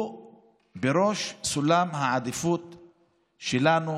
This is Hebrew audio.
הוא בראש סולם העדיפות שלנו,